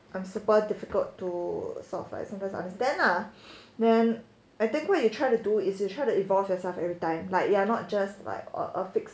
I'm super difficult to sort of like sometimes understand lah then I think when you try to do is you try to evolve yourself every time like you are not just by or a fix